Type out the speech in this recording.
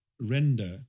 render